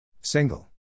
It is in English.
Single